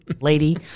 lady